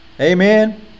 Amen